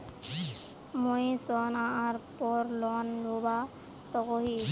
मुई सोनार पोर लोन लुबा सकोहो ही?